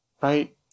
Right